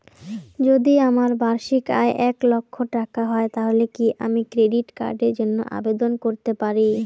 যদি আমার বার্ষিক আয় এক লক্ষ টাকা হয় তাহলে কি আমি ক্রেডিট কার্ডের জন্য আবেদন করতে পারি?